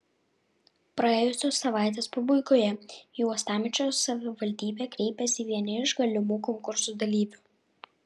praėjusios savaitės pabaigoje į uostamiesčio savivaldybę kreipėsi vieni iš galimų konkursų dalyvių